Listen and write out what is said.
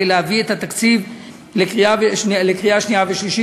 להביא את התקציב לקריאה שנייה ושלישית,